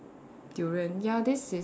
durian ya this is